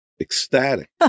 ecstatic